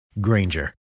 Granger